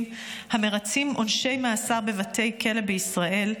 המרצים עונשי מאסר בבתי כלא בישראל,